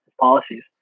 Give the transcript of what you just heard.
policies